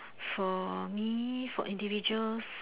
for me for individuals